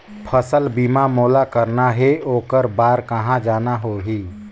फसल बीमा मोला करना हे ओकर बार कहा जाना होही?